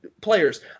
players